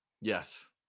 Yes